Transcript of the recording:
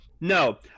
no